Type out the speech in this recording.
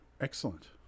Excellent